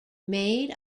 made